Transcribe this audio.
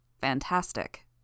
Fantastic